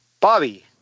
Bobby